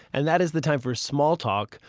and that is the time for small talk.